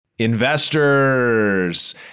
investors